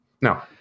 No